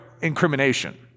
incrimination